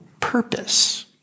purpose